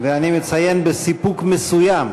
ואני מציין בסיפוק מסוים